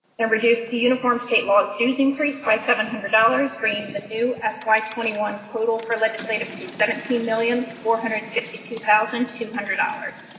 and reduce the uniform state laws due increase by seven hundred dollars bringing the new fy twenty one total for legislative to seventeen million four hundred and sixty two thousand two hundred dollars.